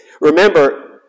remember